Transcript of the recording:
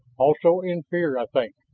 also in fear, i think